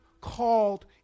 called